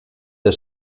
der